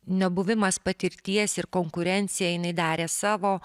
nebuvimas patirties ir konkurencija jinai darė savo